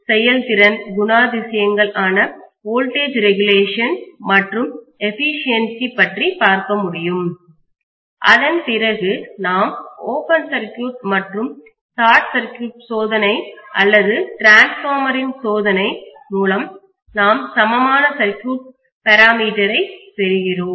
செயல்திறன் குணாதிசியங்கள் ஆன வோல்டேஜ் ரெகுலேஷன் மற்றும் எஃபீஷியேன்ஸி பற்றி பார்க்க முடியும் அதன் பிறகு நாம் ஓபன் சர்க்யூட் மற்றும் ஷார்ட் சர்க்யூட் சோதனை அல்லது டிரான்ஸ்பார்மரின் சோதனை மூலம் நாம் சமமான சர்க்யூட் பாராமீட்டர்சை பெறுகிறோம்